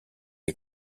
est